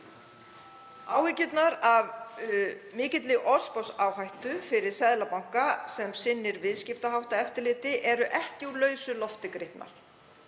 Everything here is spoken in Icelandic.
Áhyggjur af mikilli orðsporsáhættu fyrir seðlabanka sem sinnir viðskiptaháttaeftirliti eru ekki úr lausu lofti gripnar.